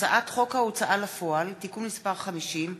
הצעת חוק ההוצאה לפועל (תיקון מס' 50)